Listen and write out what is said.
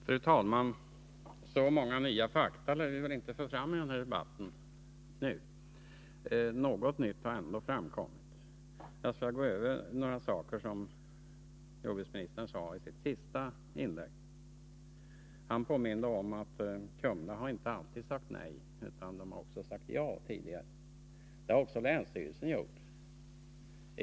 Fru talman! Så många nya fakta lär vi väl inte få fram i den här debatten. Men något nytt har ändå framkommit. Jag skall gå igenom några saker som jordbruksministern nämnde i sitt senaste inlägg. Han påminde om att Kumla inte alltid har sagt nej utan också tidigare sagt ja. Det har också länsstyrelsen gjort.